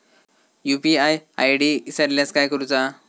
UPI ID इसरल्यास काय करुचा?